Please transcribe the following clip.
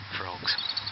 frogs